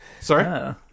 Sorry